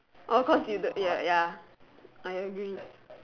of course you don't ya I agree